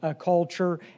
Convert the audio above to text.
culture